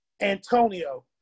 Antonio